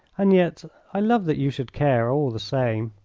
and yet i love that you should care all the same.